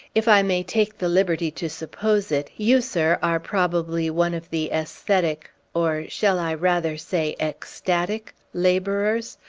if i may take the liberty to suppose it, you, sir, are probably one of the aesthetic or shall i rather say ecstatic laborers,